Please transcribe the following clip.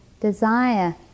desire